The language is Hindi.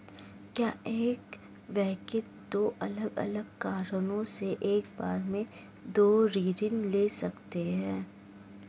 क्या एक व्यक्ति दो अलग अलग कारणों से एक बार में दो ऋण ले सकता है?